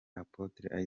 apotre